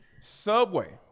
subway